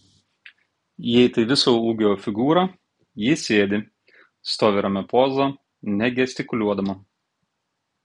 jei tai viso ūgio figūra ji sėdi stovi ramia poza negestikuliuodama